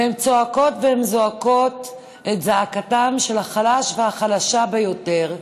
והן צועקות והן זועקות את זעקתם של החלש והחלשה ביותר,